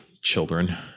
Children